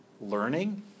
learning